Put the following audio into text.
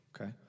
Okay